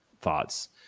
thoughts